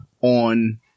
on